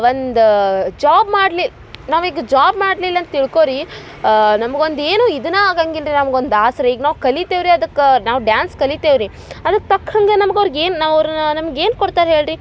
ಒಂದ ಜಾಬ್ ಮಾಡಲಿ ನಾವೀಗ ಜಾಬ್ ಮಾಡ್ಲಿಲ್ಲಂತ ತಿಳ್ಕೋ ರೀ ನಮ್ಗೊಂದು ಏನು ಇದನ ಆಗಂಗಿಲ್ರಿ ನಮ್ಗೊಂದು ಆಸರೆ ಈಗ ನಾವು ಕಲಿತೇವಿ ರೀ ಅದಕ್ಕೆ ನಾವು ಡ್ಯಾನ್ಸ್ ಕಲಿತೇವೆ ರೀ ಅದಕ್ಕೆ ತಕ್ಕಂಗೆ ನಮ್ಗ ಅವ್ರ್ಗ ಏನು ನಾವು ಅವರನ್ನ ನಮ್ಗ ಏನು ಕೊಡ್ತಾರೆ ಹೇಳಿ ರೀ